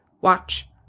watch